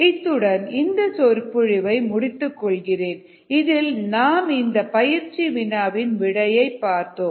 இத்துடன் இந்த சொற்பொழிவை முடித்துக்கொள்கிறேன் இதில் நாம் இந்த பயிற்சி வினாவின் விடையை பார்த்தோம்